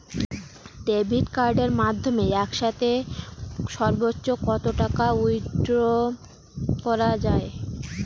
Debit কার্ডের মাধ্যমে একসাথে সর্ব্বোচ্চ কত টাকা উইথড্র করা য়ায়?